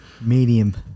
Medium